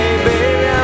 Baby